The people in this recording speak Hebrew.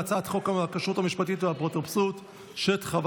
הצעת חוק הכשרות המשפטית והאפוטרופסות (תיקון,